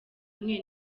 mwe